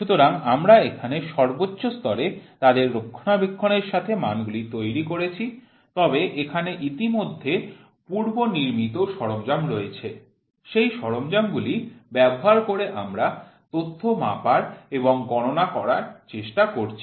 সুতরাং আমরা এখানে সর্বোচ্চ স্তরে তাদের রক্ষণাবেক্ষণের সাথে মানগুলি তৈরি করেছি তবে এখানে ইতিমধ্যে পূর্ব নির্মিত সরঞ্জাম রয়েছে সেই সরঞ্জামগুলি ব্যবহার করে আমরা তথ্য মাপার এবং গণনা করার চেষ্টা করছি